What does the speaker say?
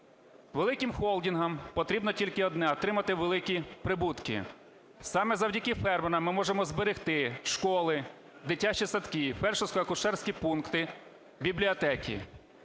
Великим холдингам потрібно тільки одне – отримати великі прибутки. Саме завдяки фермерам ми можемо зберегти школи, дитячі садки, фельдшерсько-акушерські пункти, бібліотеки.